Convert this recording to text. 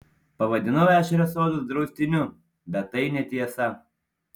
pavadinau ešerio sodus draustiniu bet tai netiesa